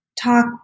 talk